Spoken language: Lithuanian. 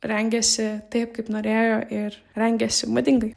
rengėsi taip kaip norėjo ir rengėsi madingai